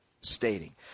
stating